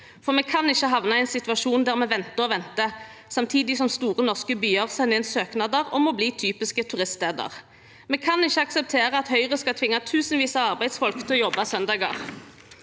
for vi kan ikke havne i en situasjon der vi venter og venter, samtidig som store norske byer sender inn søknad om å bli typisk turiststed. Vi kan ikke akseptere at Høyre skal tvinge tusenvis av arbeidsfolk til å jobbe på søndager.